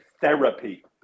therapy